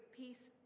peace